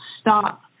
stop